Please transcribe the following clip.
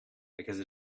because